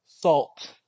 salt